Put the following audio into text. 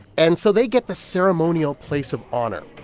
and so they get the ceremonial place of honor.